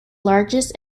largest